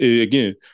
Again